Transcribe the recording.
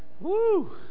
Woo